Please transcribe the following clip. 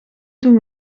doen